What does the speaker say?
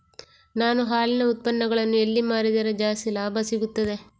ನಾನು ಹಾಲಿನ ಉತ್ಪನ್ನಗಳನ್ನು ಎಲ್ಲಿ ಮಾರಿದರೆ ಜಾಸ್ತಿ ಲಾಭ ಸಿಗುತ್ತದೆ?